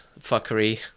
fuckery